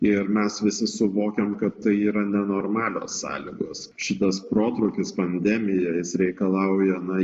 ir mes visi suvokiam kad tai yra nenormalios sąlygos šitas protrūkis pandemija jis reikalauja na